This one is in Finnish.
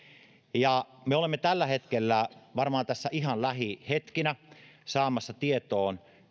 ja me olemme tällä hetkellä varmaan tässä ihan lähihetkinä saamassa tietoon